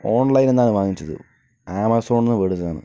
ഓൺലൈനിൽ നിന്നാണ് വാങ്ങിച്ചത് ആമസോണിൽ നിന്ന് മേടിച്ചത്